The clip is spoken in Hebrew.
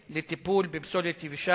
אדוני אמור להתייחס אליו, הסכנות.